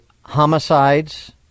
homicides